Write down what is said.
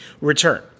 return